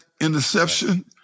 interception